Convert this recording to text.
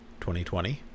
2020